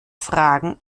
fragen